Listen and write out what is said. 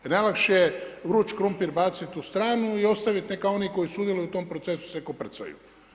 Jer najlakše je vruć krumpir baciti u stranu i ostaviti neka oni koji sudjeluju u tom procesu se koprcaju.